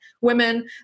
women